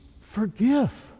forgive